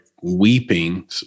weeping